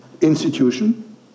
institution